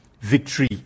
victory